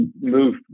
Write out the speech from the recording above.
move